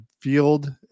field